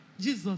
Jesus